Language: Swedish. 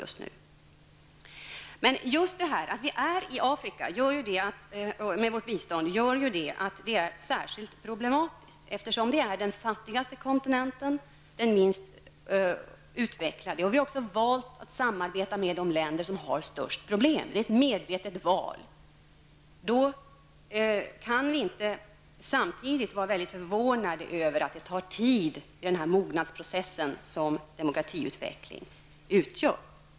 Att vi ger bistånd till afrikanska länder gör det särskilt problematiskt, eftersom Afrika är den fattigaste kontinenten, den minst utvecklade. Vi har valt att samarbeta med de länder som har de största problemen. Det är ett medvetet val. Då kan vi inte samtidigt vara så förvånade över att den mognadsprocess som demokratiutveckling utgör tar tid.